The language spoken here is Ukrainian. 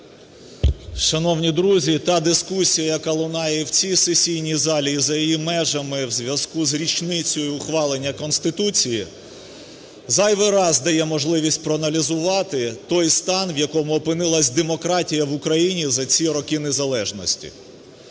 Шановні друзі, ця дискусія, яка лунає у цій сесійній залі і за її межами у зв'язку з річницею ухвалення Конституції, зайвий раз дає можливість проаналізувати той стан, у якому опинилися демократія в Україні за ці роки незалежності.